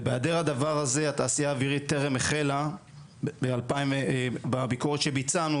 ובהיעדר הדבר הזה התעשייה האווירית טרם החלה בביקורת שביצענו,